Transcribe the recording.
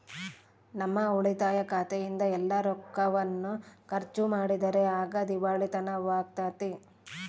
ನಮ್ಮ ಉಳಿತಾಯ ಖಾತೆಯಿಂದ ಎಲ್ಲ ರೊಕ್ಕವನ್ನು ಖರ್ಚು ಮಾಡಿದರೆ ಆಗ ದಿವಾಳಿತನವಾಗ್ತತೆ